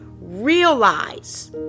realize